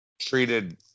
treated